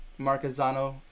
Marquezano